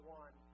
one